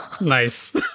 Nice